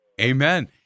Amen